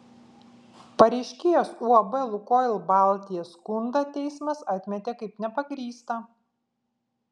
pareiškėjos uab lukoil baltija skundą teismas atmetė kaip nepagrįstą